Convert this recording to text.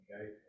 Okay